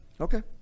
Okay